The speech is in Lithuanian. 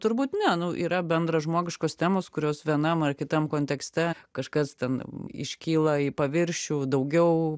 turbūt ne nu yra bendražmogiškos temos kurios vienam ar kitam kontekste kažkas ten iškyla į paviršių daugiau